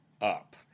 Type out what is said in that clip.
up